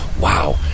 Wow